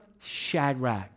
Shadrach